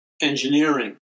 engineering